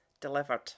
delivered